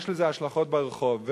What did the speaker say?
יש לזה השלכות ברחוב.